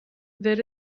there